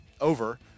over